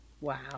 Wow